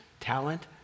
talent